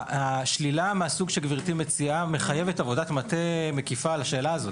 השלילה מהסוג שגברתי מציעה מחייבת עבודת מטה מקיפה על השאלה הזאת.